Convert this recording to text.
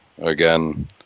again